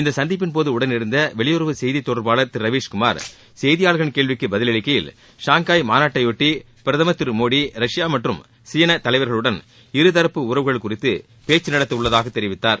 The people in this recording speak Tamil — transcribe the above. இந்த சந்திப்பின்போது உடனிருந்த வெளியுறவு செய்தித் தொடர்பாளர் திரு ரவீஷ்குமார் செய்தியாளர்களின் கேள்விக்கு பதிலளிக்கையில் ஷாங்காய் மாநாட்டையொட்டி பிரதமர் திரு மோடி ரஷ்யா மற்றும் சீனா தலைவர்களுடன் இருதரப்பு உறவுகள் குறித்து பேச்சு நடத்த உள்ளதாக தெரிவித்தார்